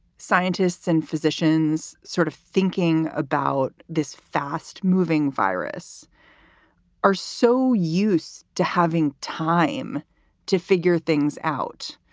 scientists and physicians sort of thinking about this fast moving virus are so use to having time to figure things out?